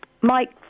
Mike